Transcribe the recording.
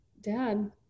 Dad